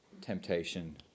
temptation